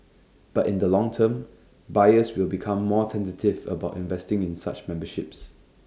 but in the longer term buyers will become more tentative about investing in such memberships